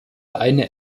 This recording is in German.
eine